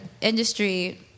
industry